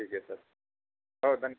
ठीक आहे सर हो थन्य चालेल